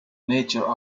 nature